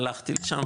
הלכתי לשם,